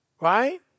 Right